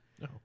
No